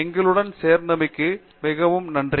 எங்களுடன் சேர்த்ததற்கு மிகவும் நன்றி